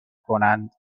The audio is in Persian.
کنند